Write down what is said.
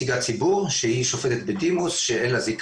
לכן אנחנו חושבים שאותו נציג ציבור חיצוני גם צריך להיות